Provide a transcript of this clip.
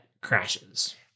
crashes